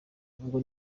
ngo